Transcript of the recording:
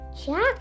Jack